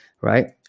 right